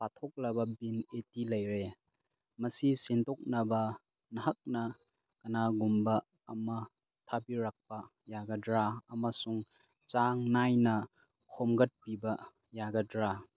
ꯄꯥꯊꯣꯛꯂꯕ ꯕꯤꯟ ꯑꯩꯠꯇꯤ ꯂꯩꯔꯦ ꯃꯁꯤ ꯁꯤꯟꯗꯣꯛꯅꯕ ꯅꯍꯥꯛꯅ ꯀꯅꯥꯒꯨꯝꯕ ꯑꯃ ꯊꯥꯕꯤꯔꯛꯄ ꯌꯥꯒꯗ꯭ꯔꯥ ꯑꯃꯁꯨꯡ ꯆꯥꯡ ꯅꯥꯏꯅ ꯈꯣꯝꯒꯠꯄꯤꯕ ꯌꯥꯒꯗ꯭ꯔꯥ